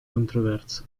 controversa